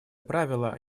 правило